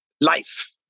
life